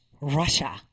Russia